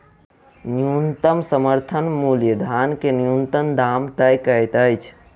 न्यूनतम समर्थन मूल्य धान के न्यूनतम दाम तय करैत अछि